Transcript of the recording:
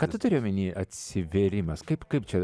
ką turi omeny atsivėrimas kaip kaip čia